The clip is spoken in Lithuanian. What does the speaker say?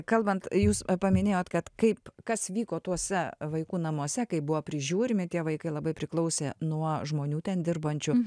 kalbant jūs paminėjot kad kaip kas vyko tuose vaikų namuose kaip buvo prižiūrimi tie vaikai labai priklausė nuo žmonių ten dirbančių